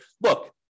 look